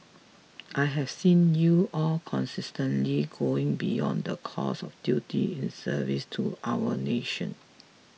I have seen you all consistently going beyond the call of duty in service to our nation